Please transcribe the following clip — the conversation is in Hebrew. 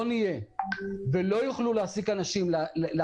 אם אנחנו לא נהיה פה, לא יוכלו להעסיק אנשים.